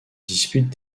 disputent